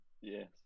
Yes